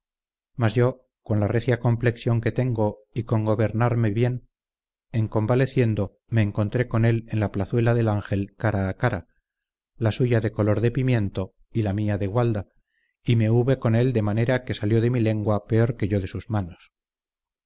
mas yo con la recia complexión que tengo y con gobernarme bien en convaleciendo me encontré con él en la plazuela del ángel cara a cara la suya de color de pimiento y la mía de gualda y me hube con él de manera que salió de mi lengua peor que yo de sus manos